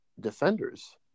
Defenders